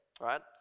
right